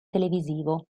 televisivo